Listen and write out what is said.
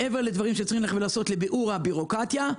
מעבר לדברים שצריך לעשות לביעור הבירוקרטיה,